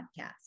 podcast